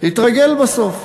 התרגל בסוף.